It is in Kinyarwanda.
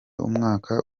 umwaka